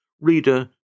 Reader